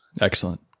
Excellent